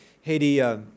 Haiti